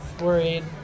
worried